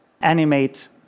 animate